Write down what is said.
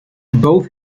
both